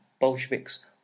Bolsheviks